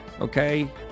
Okay